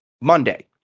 Monday